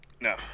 no